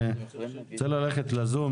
אני רוצה לפנות לזום,